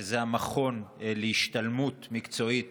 שזה המכון להשתלמות מקצועית